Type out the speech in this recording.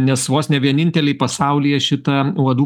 nes vos ne vieninteliai pasaulyje šitą uodų